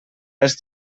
els